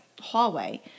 hallway